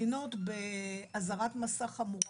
מדינות באזהרת מסע חמורה,